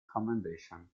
commendation